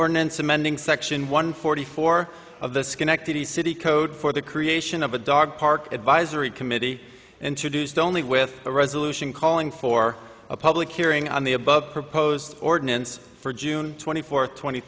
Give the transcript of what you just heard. ordinance amending section one forty four of the schenectady city code for the creation of a dog park advisory committee introduced only with a resolution calling for a public hearing on the above proposed ordinance for june twenty fourth tw